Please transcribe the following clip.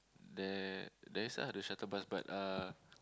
there there is ah a shuttle bus but uh